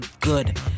good